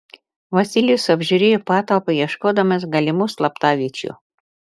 vasilijus apžiūrėjo patalpą ieškodamas galimų slaptaviečių